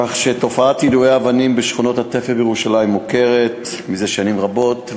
כך שתופעת יידוי האבנים בשכונות התפר בירושלים מוכרת מזה שנים רבות,